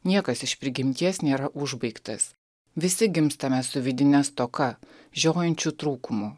niekas iš prigimties nėra užbaigtas visi gimstame su vidine stoka žiojinčiu trūkumu